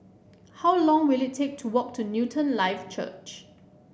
how long will it take to walk to Newton Life Church